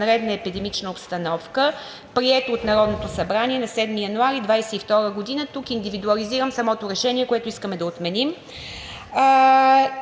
извънредна епидемична обстановка, прието от Народното събрание на 7 януари 2022 г.“ Тук индивидуализирам самото Решение, което искаме да отменим,